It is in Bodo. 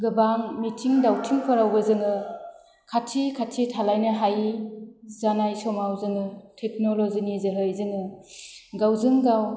गोबां मिथिं दावथिंफोरावबो जोङो खाथि खाथि थालायनो हायि जानाय समाव जोङो टेक्नल'जिनि जोहै जोङो गावजों गाव